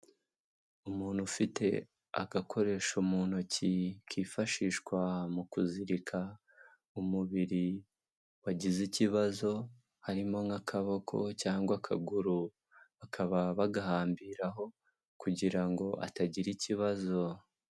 Umuntu ufite agakoresho mu ntoki kifashishwa mu kuzirika umubiri wagize ikibazo harimo nk'akaboko cyangwa akaguru bakaba bagahambiraho kugira ngo atagira ikibazo.